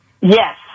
Yes